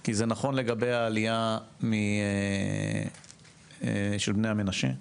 כי זה נכון גם לעלייה של בני המנשה,